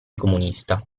comunista